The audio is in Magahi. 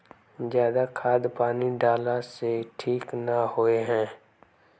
ज्यादा खाद पानी डाला से ठीक ना होए है?